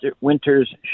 Winter's